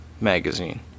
magazine